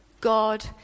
God